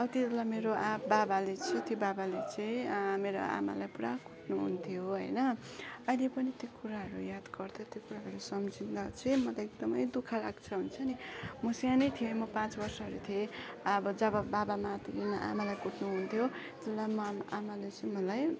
अब त्यतिबेला मेरो आ बाबाले चाहिँ त्यो बाबाले चाहिँ मेरो आमालाई पुरा कुट्नु हुन्थ्यो होइन अहिले पनि त्यो कुराहरू याद गर्दा त्यो कुराहरू सम्झिँदा चाहिँ मलाई एकदमै दु ख लाग्छ हुन्छ नि म सानै थिएँ म पाँच वर्षहरू थिएँ अब जब बाबा मातीकिन आमालाई कुट्नु हुन्थ्यो त्यतिबेला म आमाले चाहिँ मलाई